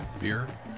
beer